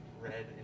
red